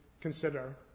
consider